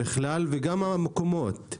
בכלל, וגם המקומות.